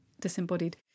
disembodied